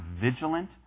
vigilant